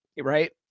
Right